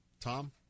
Tom